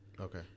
Okay